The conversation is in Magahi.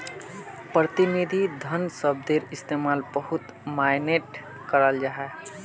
प्रतिनिधि धन शब्दर इस्तेमाल बहुत माय्नेट कराल जाहा